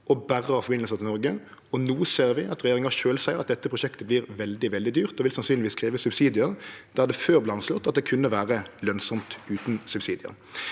og ha forbindelsar berre til Noreg. No ser vi at regjeringa sjølv seier at dette prosjektet vert veldig, veldig dyrt og vil sannsynlegvis krevje subsidiar der det før vart anslått at det kunne vere lønsamt utan subsidiar.